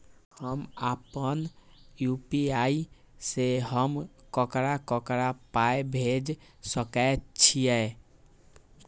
हम आपन यू.पी.आई से हम ककरा ककरा पाय भेज सकै छीयै?